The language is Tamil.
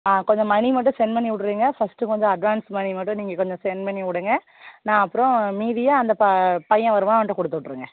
ஆ கொஞ்சம் மணி மட்டும் செண்ட் பண்ணி விட்டுருங்க ஃபஸ்ட்டு கொஞ்சம் அட்வான்ஸ் மணி மட்டும் நீங்கள் கொஞ்சம் செண்ட் பண்ணி விடுங்க நான் அப்புறோம் மீதியை அந்த ப பையன் வருவான் அவன்கிட்ட கொடுத்து விட்ருங்க